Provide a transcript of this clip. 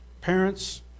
parents